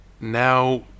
now